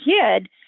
kid